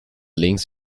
links